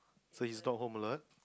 so he's dock home alone